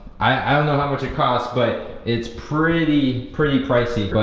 i don't know how much it cost but it's pretty, pretty pricey. but